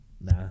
Nah